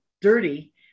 dirty